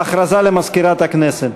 הודעה למזכירת הכנסת.